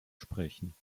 sprechen